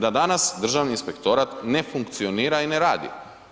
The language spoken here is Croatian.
Da danas Državni inspektorat ne funkcionira i ne radi.